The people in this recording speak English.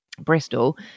Bristol